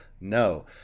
No